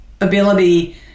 ability